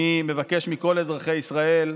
אני מבקש מכל אזרחי ישראל: